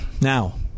Now –